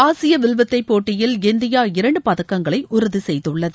ஆசிய வில்வித்தை போட்டியில் இந்தியா இரண்டு பதக்கங்களை உறுதி செய்துள்ளது